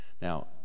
Now